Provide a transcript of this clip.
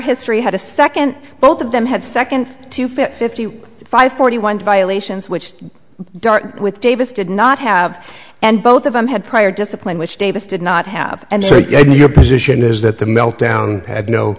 history had a second both of them had second to fit fifty five forty one violations which dart with davis did not have and both of them had prior discipline which davis did not have and so your position is that the meltdown